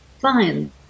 fine